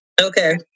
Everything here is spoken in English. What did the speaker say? Okay